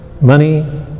money